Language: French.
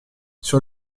sur